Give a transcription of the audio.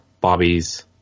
Bobby's